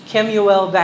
Kemuel